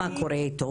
מה קורה איתו?